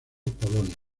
polonia